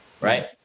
right